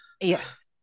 yes